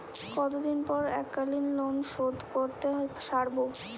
কতদিন পর এককালিন লোনশোধ করতে সারব?